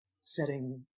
setting